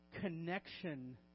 connection